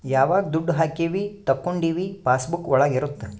ಯಾವಾಗ ದುಡ್ಡು ಹಾಕೀವಿ ತಕ್ಕೊಂಡಿವಿ ಪಾಸ್ ಬುಕ್ ಒಳಗ ಇರುತ್ತೆ